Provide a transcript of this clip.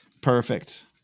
Perfect